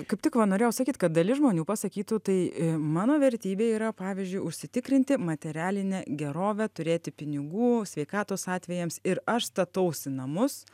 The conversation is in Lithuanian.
kaip tik va norėjau sakyt kad dalis žmonių pasakytų tai mano vertybė yra pavyzdžiui užsitikrinti materialinę gerovę turėti pinigų sveikatos atvejams ir aš statausi namus